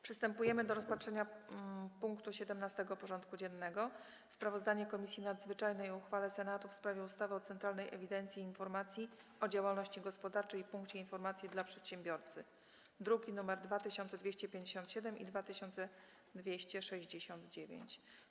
Przystępujemy do rozpatrzenia punktu 17. porządku dziennego: Sprawozdanie Komisji Nadzwyczajnej o uchwale Senatu w sprawie ustawy o Centralnej Ewidencji i Informacji o Działalności Gospodarczej i Punkcie Informacji dla Przedsiębiorcy (druki nr 2257 i 2269)